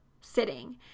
sitting